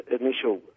initial